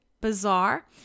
bizarre